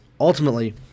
ultimately